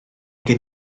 gen